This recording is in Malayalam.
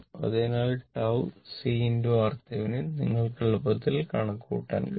അതിനാൽ tau C RThevenin നിങ്ങൾക്ക് എളുപ്പത്തിൽ കണക്കുകൂട്ടാൻ കഴിയും